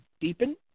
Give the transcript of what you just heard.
deepen